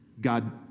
God